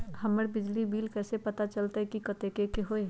हमर बिजली के बिल कैसे पता चलतै की कतेइक के होई?